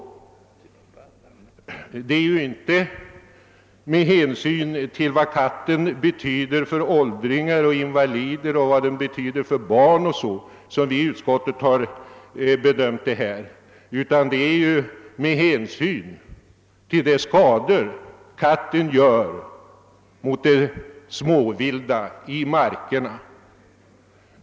Det är inte med hänsyn till vad katten betyder för åldringar, invalider och barn som vi i utskottet har bedömt frågan. Bedömningen har skett med hänsyn till de skador katten vållar allt småvilt i markerna.